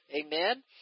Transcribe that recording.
Amen